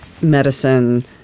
medicine